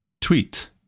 tweet